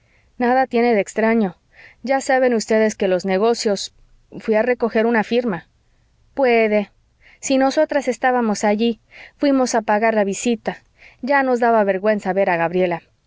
nada tiene de extraño ya saben ustedes que los negocios fuí a recoger una firma puede si nosotras estábamos allí fuimos a pagar la visita ya nos daba vergüenza ver a gabriela